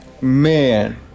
Man